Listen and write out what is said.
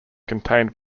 contained